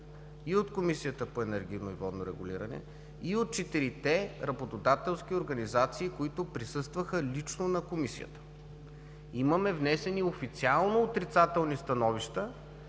и от Комисията по енергийно и водно регулиране, и от четирите работодателски организации, които лично присъстваха на Комисията. Имаха официално внесени становища